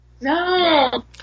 No